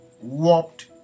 warped